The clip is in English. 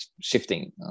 shifting